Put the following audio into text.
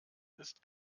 ist